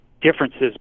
differences